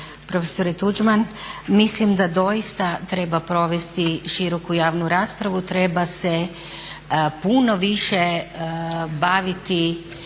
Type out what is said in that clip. profesore Tuđman. Mislim da doista treba provesti široku javnu raspravu, treba se puno više baviti